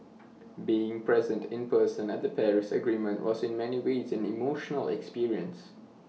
being present in person at the Paris agreement was in many ways an emotional experience